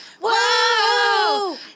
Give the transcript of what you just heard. Whoa